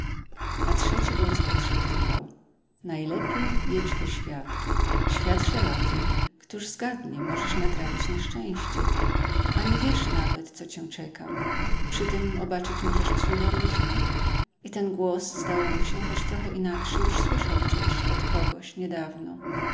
a trzeci głos podszeptywał najlepiej jedź we świat świat szeroki któż zgadnie możesz natrafić na szczęście ani wiesz nawet co cię czeka przy tym obaczyć możesz cuda różne i ten głos zdało mu się choć trochę inakszy już słyszał gdzieś od kogoś niedawno